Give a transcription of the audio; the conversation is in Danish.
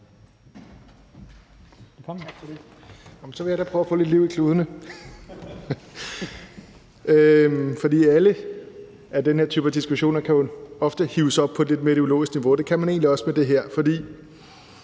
så vil jeg da prøve at få lidt liv i kludene, for diskussioner af den her type kan jo ofte hives op på et lidt mere ideologisk niveau, og det kan man egentlig også med den her. For